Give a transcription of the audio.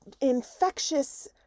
infectious